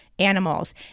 animals